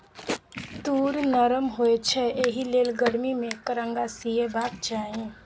तूर नरम होए छै एहिलेल गरमी मे एकर अंगा सिएबाक चाही